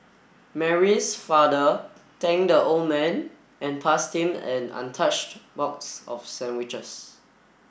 Mary's father thanked the old man and passed him an untouched box of sandwiches